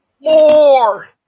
More